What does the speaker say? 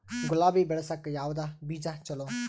ಗುಲಾಬಿ ಬೆಳಸಕ್ಕ ಯಾವದ ಬೀಜಾ ಚಲೋ?